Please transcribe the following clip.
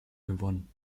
gewonnen